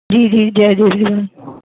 जी जी जय झूलेलाल